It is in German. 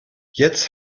jetzt